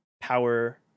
power